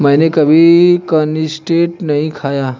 मैंने कभी कनिस्टेल नहीं खाया है